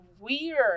weird